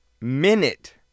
minute